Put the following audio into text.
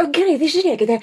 gerai tai žiūrėkite